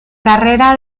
carrera